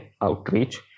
outreach